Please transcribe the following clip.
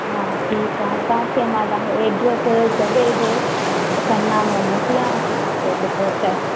हा ठीकु आहे तव्हांखे मां तव्हांखे एड्रेस जॻह जो असां मां मोकिलियांव थी त जेको चए